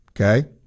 Okay